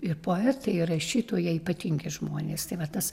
ir poetai ir rašytojai ypatingi žmonės tai va tas